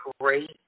great